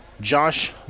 Josh